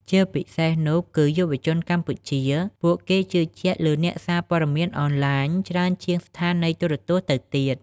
ជាពិសេសនោះគឺយុវជនកម្ពុជា ពួកគេជឿជាក់លើអ្នកសារព័ត៌មានអនឡាញច្រើនជាងស្ថានីយ៍ទូរទស្សន៍ទៅទៀត។